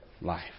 life